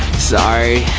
sorry.